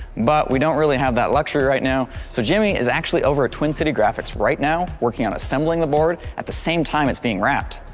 but we don't really have that luxury right now so jimmy is actually over at twin city graphics right now working on assembling the board at the same time it's being wrapped.